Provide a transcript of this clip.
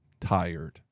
tired